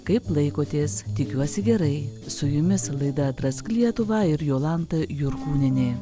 kaip laikotės tikiuosi gerai su jumis laida atrask lietuvą ir jolanta jurkūnienė